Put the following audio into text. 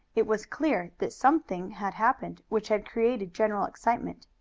it was clear that something had happened which had created general excitement.